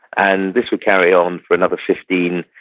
and this would carry on for another fifteen,